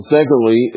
Secondly